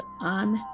on